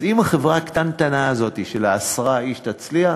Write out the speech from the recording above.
אז אם החברה הקטנטנה הזאת של עשרה איש תצליח,